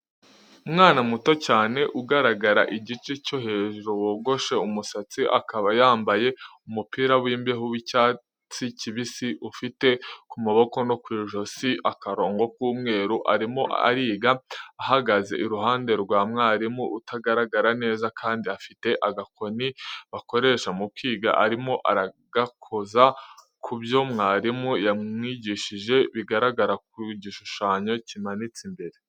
Umwana muto cyane ugaragara igice cyo hejuru, wogoshe umusatsi, akaba yambaye umupira w'imbeho w'icyati kibisi ufite ku maboko no ku ijosi akarongo k'umweru, arimo ariga; ahagaze iruhande rwa mwarimu utagaragara neza kandi afite agakoni bakoresha mu kwiga, arimo aragakoza ku byo mwarimu yambwigishije bigaragara ku gishushanyo, kimanitse imbere.